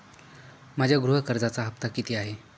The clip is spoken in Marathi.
माझ्या गृह कर्जाचा हफ्ता किती आहे?